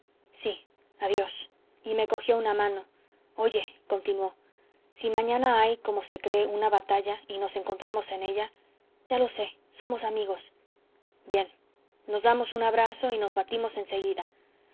sí adiós y me cogió una mano oye continuó si mañana hay como se cree una batalla y nos encontramos en ella ya lo sé somos amigos bien nos damos un abrazo y nos batimos